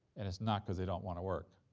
and it's not cause they don't want to work,